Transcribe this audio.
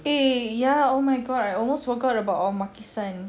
eh ya oh my god I almost forgot about our makisan